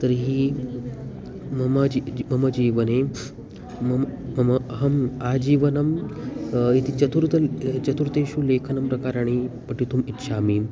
तर्हि मम जि जि मम जीवने मम मम अहम् आजीवनं इति चतुर्तल् चतुर्तेषु लेखनं प्रकाराणि पठितुम् इच्छामि